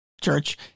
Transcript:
Church